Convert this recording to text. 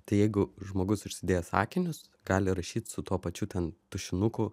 tai jeigu žmogus užsidėjęs akinius gali rašyt su tuo pačiu ten tušinuku